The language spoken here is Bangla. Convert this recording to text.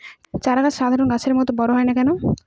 চারা গাছ সাধারণ গাছের মত বড় হয় না কেনো?